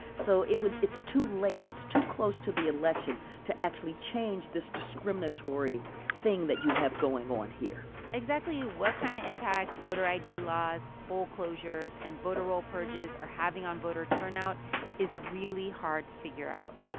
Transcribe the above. so it would it's too late. it's too close to the election to actually change this discriminatory thing that you have going on here exactly what kind of impact voter id laws, poll closures and voter roll purges are having on voter turnout is really hard to figure out.